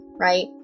right